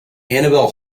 annabel